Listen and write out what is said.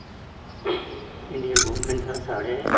Indian woman दा साढ़े